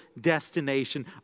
destination